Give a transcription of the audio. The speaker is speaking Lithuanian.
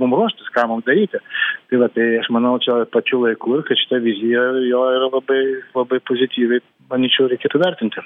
mum ruoštis ką mums daryti tai va tai aš manau čia pačiu laiku kad šita vizija jo yra labai labai pozityviai manyčiau reikėtų vertinti